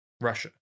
Russia